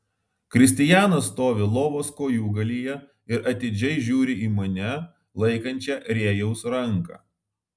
kristijanas stovi lovos kojūgalyje ir atidžiai žiūri į mane laikančią rėjaus ranką